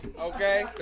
okay